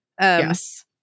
yes